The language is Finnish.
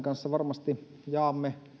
varmasti jaamme